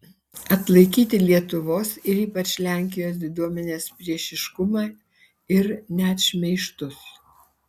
atlaikyti lietuvos ir ypač lenkijos diduomenės priešiškumą ir net šmeižtus